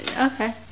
Okay